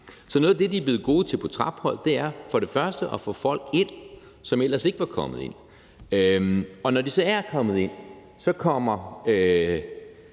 Så noget af det, de er blevet gode til på Trapholt, er først at få folk ind på museet, som ellers ikke var kommet, og når de så er kommet ind, kommer